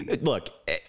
look